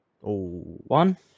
one